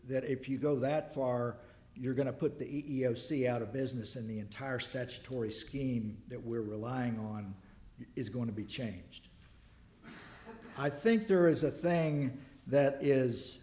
that if you go that far you're going to put the e e o c out of business and the entire statutory scheme that we're relying on is going to be changed i think there is a thing that is